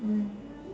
mmhmm